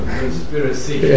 conspiracy